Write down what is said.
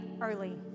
early